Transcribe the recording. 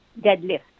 deadlift